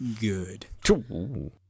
good